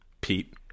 Pete